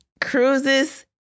Cruises